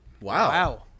Wow